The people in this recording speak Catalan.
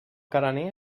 carener